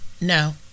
No